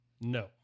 no